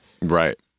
right